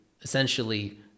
essentially